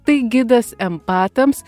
tai gidas empatams